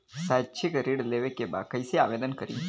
शैक्षिक ऋण लेवे के बा कईसे आवेदन करी?